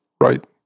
right